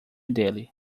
dele